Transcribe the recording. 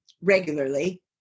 regularly